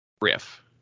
riff